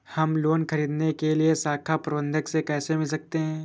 हम लोन ख़रीदने के लिए शाखा प्रबंधक से कैसे मिल सकते हैं?